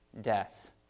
death